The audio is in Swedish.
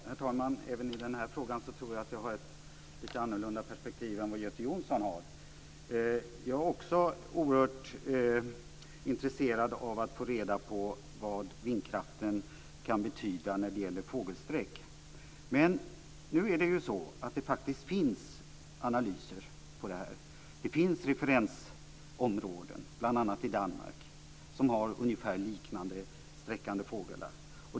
Herr talman! Även i den här frågan tror jag att jag har ett lite annat perspektiv än Göte Jonsson. Jag är också oerhört intresserad av att få reda på vad vindkraften kan betyda när det gäller fågelsträck. Men nu är det så att det faktiskt finns analyser av det här. Det finns referensområden, bl.a. i Danmark, som har ungefär liknande sträckande fåglar.